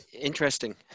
Interesting